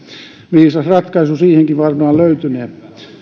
viisas ratkaisu siihenkin varmaan löytynee